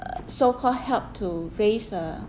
so-called helped to raise a